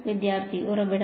വിദ്യാർത്ഥി ഉറവിടം